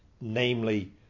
namely